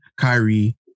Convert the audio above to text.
Kyrie